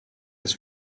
his